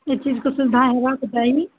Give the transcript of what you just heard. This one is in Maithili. एहि चीजके सुविधा होयबाके चाही